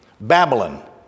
Babylon